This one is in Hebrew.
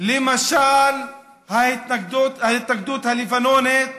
למשל ההתנגדות הלבנונית